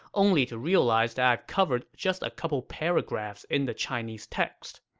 only to realize that i've covered just a couple paragraphs in the chinese text.